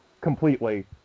completely